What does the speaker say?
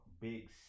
big